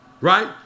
right